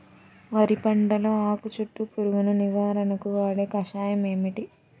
వరి పంటలో ఆకు చుట్టూ పురుగును నివారణకు వాడే కషాయం ఏమిటి?